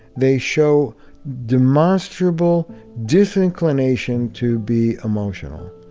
they show demonstrable disinclination to be emotional.